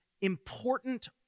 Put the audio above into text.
important